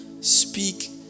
speak